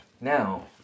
Now